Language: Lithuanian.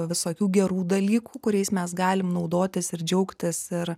visokių gerų dalykų kuriais mes galim naudotis ir džiaugtis ir